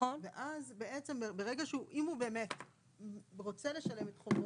ואז ברגע שאם הוא באמת רוצה לשלם את חובו,